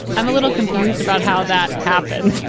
i'm a little confused about how that happened.